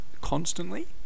constantly